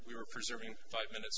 we were preserving five minutes